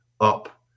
up